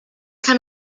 can